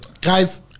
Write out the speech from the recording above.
Guys